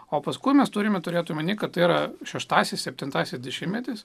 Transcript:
o paskui mes turime turėtų manyti kad tai yra šeštasis septintasis dešimtmetis